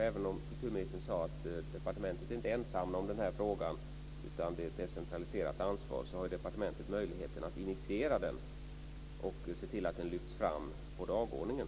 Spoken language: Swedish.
Även om kulturministern sade att departementet inte är ensamt om den här frågan, utan det är ett decentraliserat ansvar, har departementet möjligheten att initiera den och se till att den lyfts fram på dagordningen.